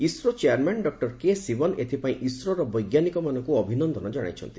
ISRO chairman doctor K Sivan ଏଥିପାଇଁ ଇସ୍ରୋର ବୈଜ୍ଞାନିକମାନଙ୍କ ଅଭିନନ୍ଦନ ଜଣାଇଛନ୍ତି